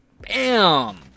BAM